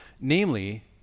namely